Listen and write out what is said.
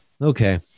Okay